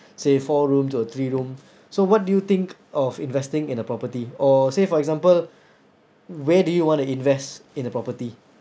say four room to a three room so what do you think of investing in a property or say for example where do you want to invest in a property